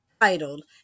titled